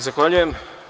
Zahvaljujem.